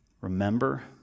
Remember